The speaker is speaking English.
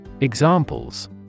Examples